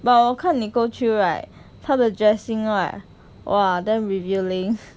but 我看 nicole choo right 她的 dressing right !wah! damn revealing